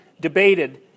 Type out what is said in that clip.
debated